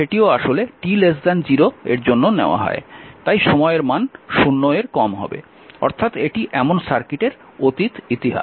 তাই সময়ের মান 0 এর কম হবে অর্থাৎ এটি এমন সার্কিটের অতীত ইতিহাস